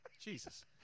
Jesus